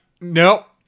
Nope